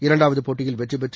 இரண்டாவது போட்டியில் வெற்றிபெற்று